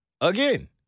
again